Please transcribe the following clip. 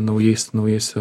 naujais naujais